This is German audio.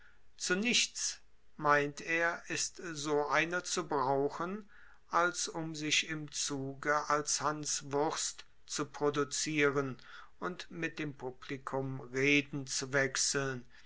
zu nichts meint er ist so einer zu brauchen als um sich im zuge als hanswurst zu produzieren und mit dem publikum reden zu wechseln